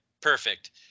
perfect